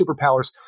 superpowers